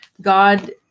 God